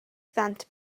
ddant